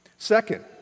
Second